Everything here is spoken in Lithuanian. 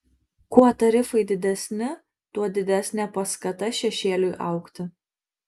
kuo tarifai didesni tuo didesnė paskata šešėliui augti